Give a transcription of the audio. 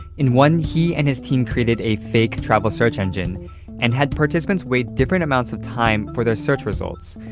in one, he and his team created a fake travel search engine and had participants wait different amounts of time for their search results.